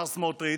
מר סמוטריץ',